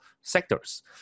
sectors